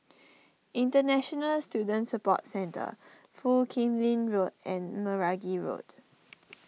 International Student Support Centre Foo Kim Lin Road and Meragi Road